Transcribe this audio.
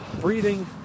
breathing